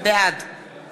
בעד